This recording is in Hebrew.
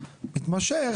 התמשך,